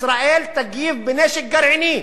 ישראל תגיב בנשק גרעיני.